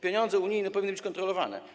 Pieniądze unijne powinny być kontrolowane.